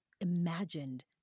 imagined